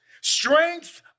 strength